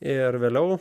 ir vėliau